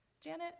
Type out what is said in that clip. Janet